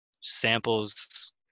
samples